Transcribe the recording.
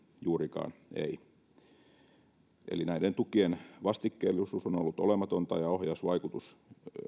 juurikaan ei näiden tukien vastikkeellisuus on ollut olematonta ja ohjausvaikutus